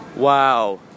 Wow